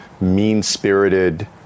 mean-spirited